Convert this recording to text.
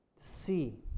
see